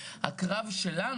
הקרב שלנו,